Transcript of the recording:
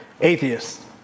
atheists